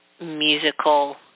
musical